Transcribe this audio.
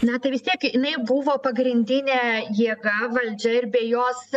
na tai vis tiek jinai buvo pagrindinė jėga valdžia ir be jos